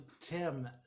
Tim